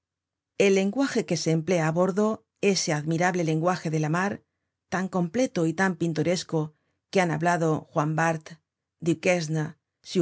el lenguaje que se emplea á bordo ese admirable lenguaje de la mar tan completo y tan pintoresco que han hablado juan bart